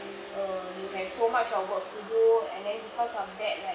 err you have so much of work to do and then because of that like